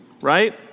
Right